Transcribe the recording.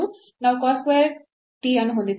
ನಾವು cos square t ಅನ್ನು ಹೊಂದಿದ್ದೇವೆ